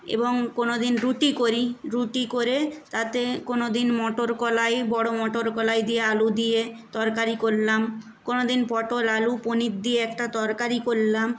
এবং কোনো দিন রুটি করি রুটি করে তাতে কোনো দিন মটর কলাই বড়ো মটর কলাই দিয়ে আলু দিয়ে তরকারি করলাম কোনো দিন পটল আলু পনির দিয়ে একটা তরকারি করলাম